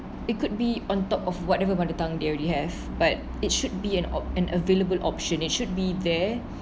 it could be on top of whatever mother tongue they already have but it should be an op~ an available option it should be there